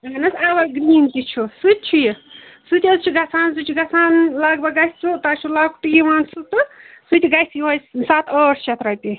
اہن حظ evergreen تہِ چھُ سُہ تہِ چھُ یہِ سُہ تہِ حظ چھُ گَژھان سُہ چھُ گَژھان لگ بھگ گَژھہِ سُہ تۄہہِ چھُو لۄکٹٕے یِوان سُہ تہٕ سُہ تہِ گَژھہِ یُہَے سَتھ ٲٹھ شٮ۪تھ رۄپیہِ